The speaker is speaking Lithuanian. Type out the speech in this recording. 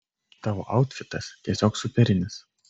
tavo autfitas tiesiog superinis